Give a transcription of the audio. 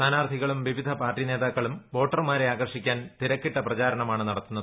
സ്ഥാനാർത്ഥികളും പിവിധ പാർട്ടി നേതാക്കളും വോട്ടർമാരെ ആകർഷിക്കാൻ തിരക്കിട്ട പ്രചാരണമാണ് നടത്തുന്നത്